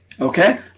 Okay